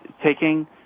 taking